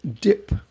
dip